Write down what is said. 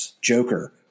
Joker